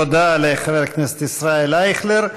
תודה לחבר הכנסת ישראל אייכלר.